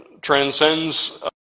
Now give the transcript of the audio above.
transcends